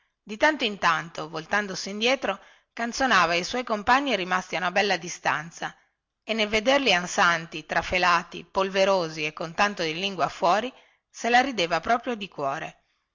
di tanto in tanto voltandosi indietro canzonava i suoi compagni rimasti a una bella distanza e nel vederli ansanti trafelati polverosi e con tanto di lingua fuori se la rideva proprio di cuore